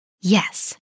Yes